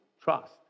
Trust